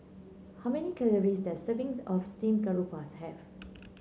how many calories does a serving of Steamed Garoupa have